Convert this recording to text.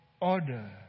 order